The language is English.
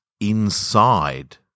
inside